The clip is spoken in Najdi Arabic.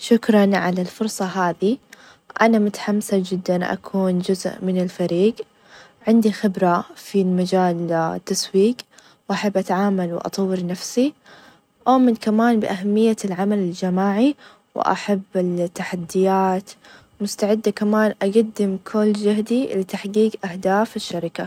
شكرًا على الفرصة هذي أنا متحمسة جدًا أكون جزء من الفريق ،عندي خبرة في مجال التسويق ،وأحب أتعامل ،وأطور نفسي، أؤمن كمان بأهمية العمل الجماعي ،وأحب -ال- التحديات ومستعدة كمان أقدم كل جهدي لتحقيق أهداف الشركة.